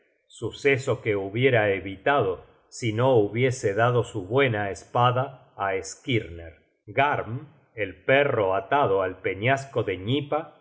suceso que hubiera evitado si no hubiese dado su buena espada á skirner garm el perro atado al peñasco de gnipa